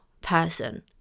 person